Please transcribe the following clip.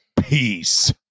peace